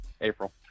April